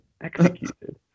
Executed